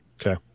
Okay